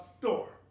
door